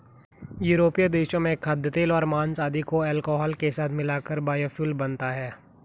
यूरोपीय देशों में खाद्यतेल और माँस आदि को अल्कोहल के साथ मिलाकर बायोफ्यूल बनता है